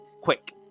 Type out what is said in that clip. quick